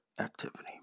activity